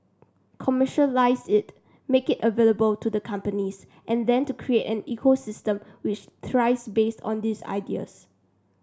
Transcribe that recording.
commercialise it make it available to the companies and then to create an ecosystem which thrives based on these ideas